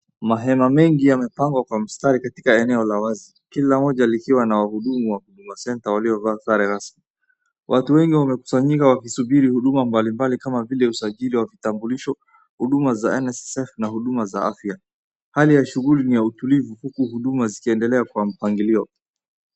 Mahema mengi yamepangwa kwa mstari katika eneo la wazi, kila moja likiwa na wahudumu wa Huduma Centre waliovaa sare rasmi. Watu wengi wamekusanyika wakisubiri huduma mbalimbali kama vile usajili wa vitambulisho, huduma za NSSF na huduma za afya. Hali ya shughuli ni ya utulivu huku huduma zikiendelea kwa mpangilio.